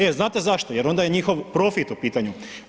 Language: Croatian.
E znate zašto jer onda je njihov profit u pitanju.